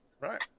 Right